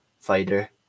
fighter